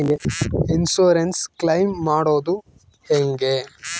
Insurance claim ಮಾಡದು ಹೆಂಗೆ?